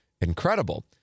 incredible